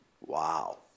Wow